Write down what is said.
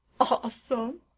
Awesome